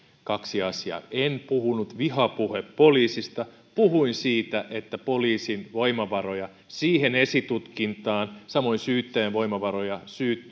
kaksi asiaa en puhunut vihapuhepoliisista puhuin siitä että lisättäisiin poliisin voimavaroja esitutkintaan ja samoin syyttäjän voimavaroja